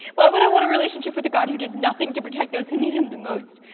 why would i want a relationship with a god who does nothing to protect those who need him the most,